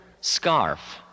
scarf